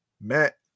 matt